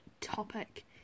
topic